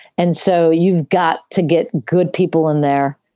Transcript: and so you've got to get good people in there.